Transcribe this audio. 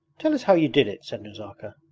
tell us how you did it said nazarka.